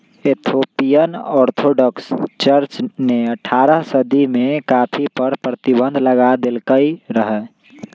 Ethiopian Orthodox church ने अठारह सदी में कॉफ़ी पर प्रतिबन्ध लगा देलकइ रहै